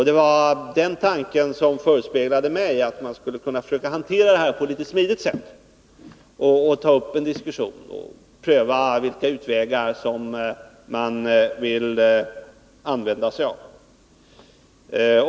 Det var den tanken som föresvävade mig — att man skulle kunna försöka hantera detta på ett litet smidigt sätt, ta upp en diskussion och pröva vilka utvägar man vill använda.